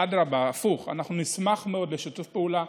אדרבה, הפוך, אנחנו נשמח מאוד לשיתוף פעולה.